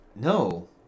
No